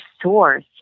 source